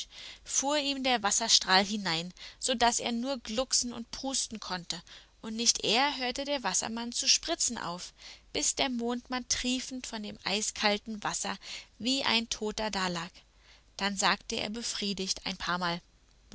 fuhr ihm der wasserstrahl hinein so daß er nur glucksen und prusten konnte und nicht eher hörte der wassermann zu spritzen auf bis der mondmann triefend von dem eiskalten wasser wie ein toter dalag dann sagte er befriedigt ein paarmal